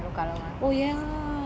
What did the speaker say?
chocolates with cornflakes